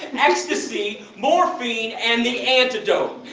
ecstasy, morphine, and the antidote.